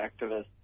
activists